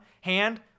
hand